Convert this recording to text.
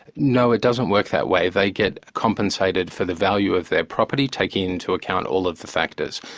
no, it doesn't work that way. they get compensated for the value of their property, taking into account all of the factors.